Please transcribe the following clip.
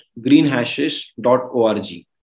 greenhashes.org